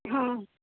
हां